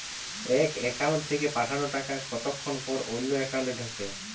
এক একাউন্ট থেকে পাঠানো টাকা কতক্ষন পর অন্য একাউন্টে ঢোকে?